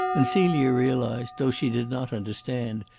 and celia realised, though she did not understand,